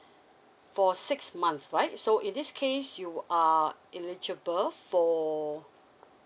for six months right so in this case you are eligible for